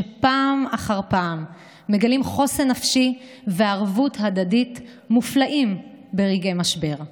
שפעם אחר פעם מגלים חוסן נפשי וערבות הדדית מופלאים ברגעי משבר.